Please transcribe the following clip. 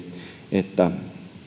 että